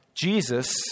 Jesus